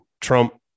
Trump